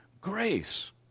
grace